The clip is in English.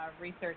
research